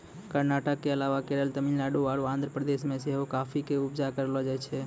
कर्नाटक के अलावा केरल, तमिलनाडु आरु आंध्र प्रदेश मे सेहो काफी के उपजा करलो जाय छै